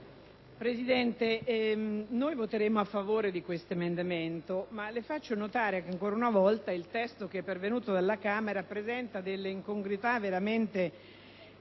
Presidente, noi voteremo a favore di questo emendamento. Le faccio notare, ancora una volta, che il testo pervenuto dalla Camera presenta incongruità veramente